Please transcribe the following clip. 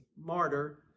martyr